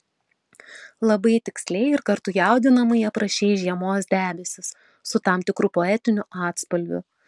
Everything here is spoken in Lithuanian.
labai tiksliai ir kartu jaudinamai aprašei žiemos debesis su tam tikru poetiniu atspalviu